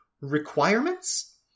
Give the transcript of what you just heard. requirements